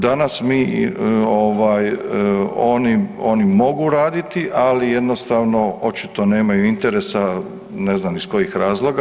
Danas mi ovaj oni mogu raditi, ali jednostavno očito nemaju interesa ne znam iz kojih razloga.